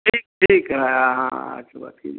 ठीक ठीक है हाँ सुबह ठीक